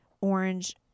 orange